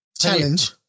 Challenge